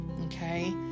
okay